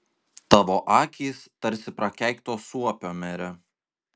tavo akys tarsi prakeikto suopio mere